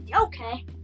Okay